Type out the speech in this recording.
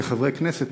כחברי הכנסת,